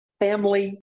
family